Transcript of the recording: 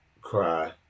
cry